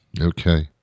Okay